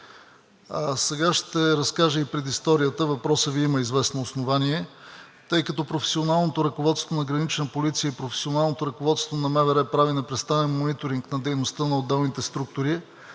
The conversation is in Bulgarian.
Сега ще разкажа и предисторията. Въпросът Ви има известно основание. Тъй като професионалното ръководство на „Гранична полиция“ и професионалното ръководство на МВР прави непрестанен мониторинг на дейността на отделните структури,